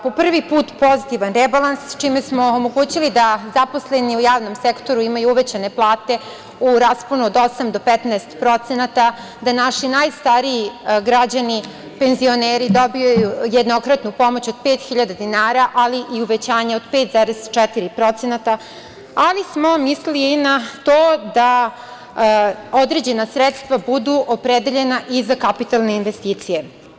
Po prvi put pozitivan rebalans čime smo omogućili da zaposleni u javnom sektoru imaju uvećane plate u rasponu od 8% do 15%, da naši najstariji građani, penzioneri dobiju jednokratnu pomoć od pet hiljada dinara, ali i uvećanje od 5,4% ali smo mislili na to da određena sredstva budu opredeljena za kapitalne investicije.